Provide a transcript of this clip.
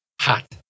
hot